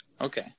Okay